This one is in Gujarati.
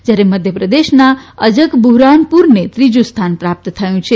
જયારે મધ્યપ્રદેશના અજક બુહરાનપુરને ત્રીજો સ્થાન પ્રાપ્ત થયો છે